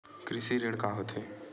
कृषि ऋण का होथे?